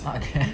a'ah kan